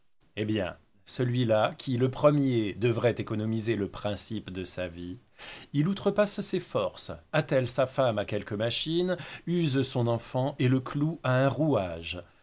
eh bien celui-là qui le premier devrait économiser le principe de sa vie il outrepasse ses forces attelle sa femme à quelque machine use son enfant et le cloue à un